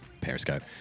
Periscope